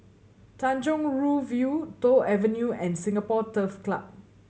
Tanjong Rhu View Toh Avenue and Singapore Turf Club